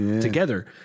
together